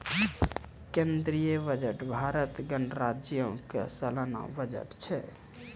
केंद्रीय बजट भारत गणराज्यो के सलाना बजट छै